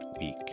week